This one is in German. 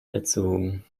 erzogen